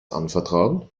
anvertrauen